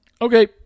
Okay